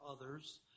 others